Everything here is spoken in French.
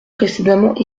précédemment